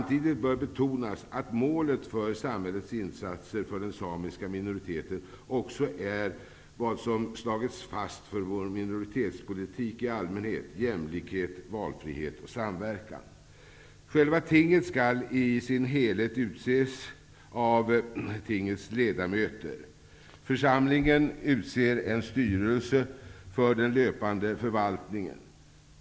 Samtidigt bör betonas att målet för samhällets insatser för den samiska minoriteten också är vad som slagits fast för vår minoritetspolitik i allmänhet -- jämlikhet, valfrihet och samverkan. Själva tinget skall i sin helhet utses av tingets ledamöter. Församlingen utser en styrelse för den löpande förvaltningen.